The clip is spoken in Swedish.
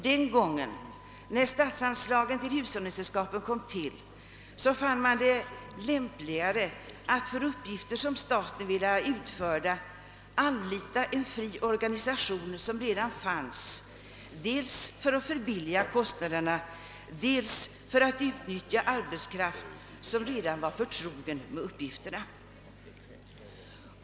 Den gången när statsanslagen till hushållningssällskapen kom till fann man det lämpligare att för uppgifter som staten ville ha utförda, anlita en fri organisation som redan fanns, dels för att sänka kostnaderna, dels för att utnyttja arbetskraft som redan var förtrogen med uppgifterna.